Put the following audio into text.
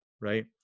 right